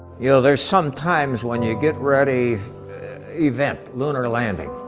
you know, there's some times when you get ready event, lunar landing,